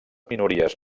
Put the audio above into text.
minories